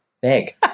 Big